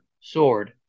sword